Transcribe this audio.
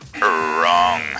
Wrong